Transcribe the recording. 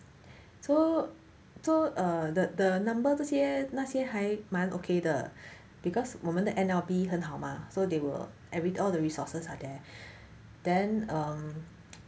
so so uh the the number 这些那些还蛮 okay 的 because 我们的 N_L_B 很好嘛 so they will and with all the resources are there then um